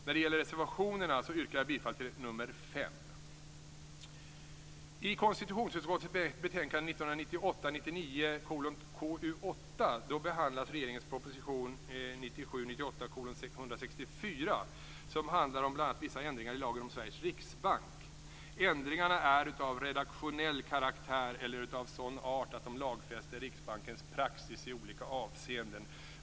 När det gäller reservationerna yrkar jag bifall till reservation nr 5. behandlas regeringens proposition 1997/98:164 som handlar om bl.a. vissa ändringar i lagen om Sveriges riksbank. Ändringarna är av redaktionell karaktär eller av sådan art att de lagfäster Riksbankens praxis i olika avseenden.